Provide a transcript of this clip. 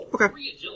Okay